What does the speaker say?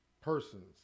persons